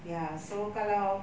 ya so kalau